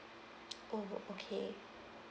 oh okay